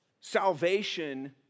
salvation